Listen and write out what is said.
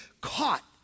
caught